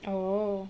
oh